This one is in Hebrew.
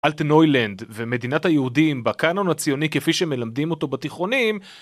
אלטנוילנד ומדינת היהודים בקאנון הציוני כפי שמלמדים אותו בתיכונים.